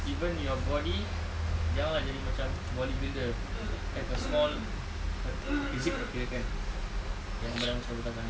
even your body jangan lah jadi macam bodybuilder have a small physique lah kirakan angan badan besar-besar sangat